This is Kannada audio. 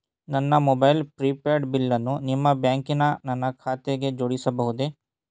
ನನ್ನ ಮೊಬೈಲ್ ಪ್ರಿಪೇಡ್ ಬಿಲ್ಲನ್ನು ನಿಮ್ಮ ಬ್ಯಾಂಕಿನ ನನ್ನ ಖಾತೆಗೆ ಜೋಡಿಸಬಹುದೇ?